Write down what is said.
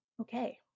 Okay